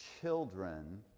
children